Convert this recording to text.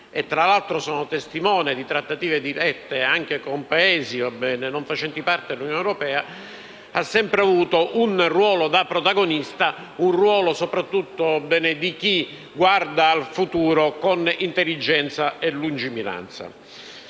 (tra l'altro sono testimone di trattative anche con Paesi non facenti parte dell'Unione europea) ha sempre avuto un ruolo da protagonista, soprattutto di chi guarda al futuro con intelligenza e lungimiranza.